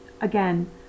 again